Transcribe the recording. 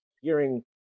hearing